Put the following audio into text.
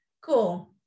Cool